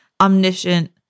omniscient